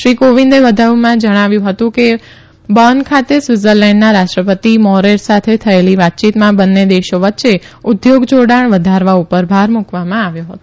શ્રી કોવિંદે વધુમાં જણાવ્યું હતું કે બર્ન ખાતે સ્વિત્ઝરલેન્ડના રાષ્ટ્રપતિ મોરેર સાથે થયેલી વાતયીતમાં બંને દેશો વચ્ચે ઉદ્યોગ જાડાણ વધારવા ઉપર ભાર મૂકવામાં આવ્યો હતો